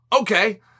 Okay